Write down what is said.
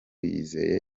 yizeye